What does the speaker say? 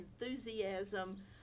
enthusiasm